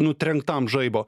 nutrenktam žaibo